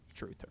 truther